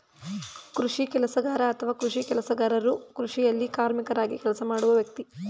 ಕೃಷಿ ಕೆಲಸಗಾರ ಅಥವಾ ಕೃಷಿ ಕೆಲಸಗಾರನು ಕೃಷಿಯಲ್ಲಿ ಕಾರ್ಮಿಕರಾಗಿ ಕೆಲಸ ಮಾಡುವ ವ್ಯಕ್ತಿ